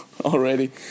already